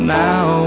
now